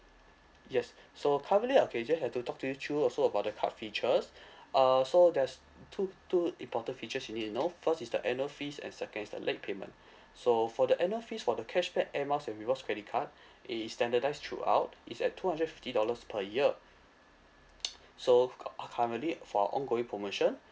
yes so currently okay just have to talk to you through also about the card features uh so there's two two important features you need to know first is the annual fees and second is the late payment so for the annual fees for the cashback air miles and rewards credit card it it standardise throughout is at two hundred and fifty dollars per year so cu~ cu~ currently for our ongoing promotion